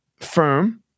firm